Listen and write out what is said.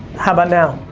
how about now?